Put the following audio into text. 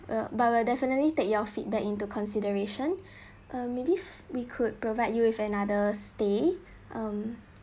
well but we'll definitely take your feedback into consideration ah maybe we could provide you with another stay um